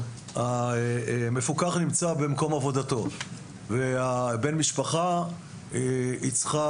המפוקח נמצא במקום עבודתו ובת משפחה צריכה